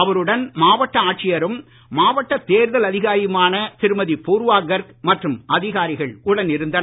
அவருடன் மாவட்ட ஆட்சியரும் மாவட்ட தேர்தல் அதிகாரியுமான திருமதி பூர்வா கர்க் மற்றும் அதிகாரிகள் உடனிருந்தனர்